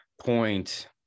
point